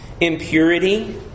impurity